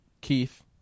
Keith